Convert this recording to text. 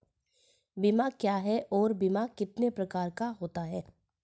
बीमा क्या है और बीमा कितने प्रकार का होता है?